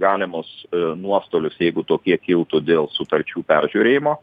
galimus nuostolius jeigu tokie kiltų dėl sutarčių peržiūrėjimo